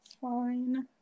Fine